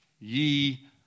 ye